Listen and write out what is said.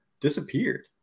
disappeared